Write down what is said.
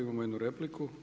Imamo jednu repliku.